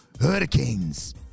hurricanes